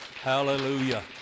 Hallelujah